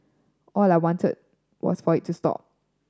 all I wanted was for it to stop